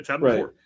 Right